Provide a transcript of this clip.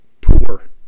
poor